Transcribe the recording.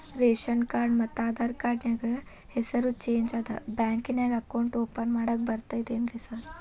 Ration card ಮತ್ತ Aadhaar card ನ್ಯಾಗ ಹೆಸರು ಚೇಂಜ್ ಅದಾ ಬ್ಯಾಂಕಿನ್ಯಾಗ ಅಕೌಂಟ್ ಓಪನ್ ಮಾಡಾಕ ಬರ್ತಾದೇನ್ರಿ ಸಾರ್?